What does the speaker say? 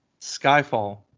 Skyfall